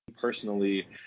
personally